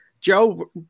Joe